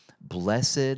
Blessed